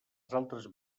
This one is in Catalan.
altres